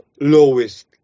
lowest